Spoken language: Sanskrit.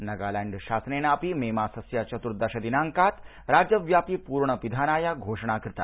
नगालैंड शासनेन अपि मे मासस्य चतुर्दश दिनाड्कात् राज्यव्यापि पूर्ण पिधानाय घोषणा कृता